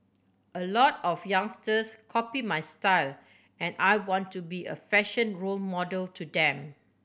a lot of youngsters copy my style and I want to be a fashion role model to them